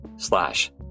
Slash